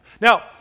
Now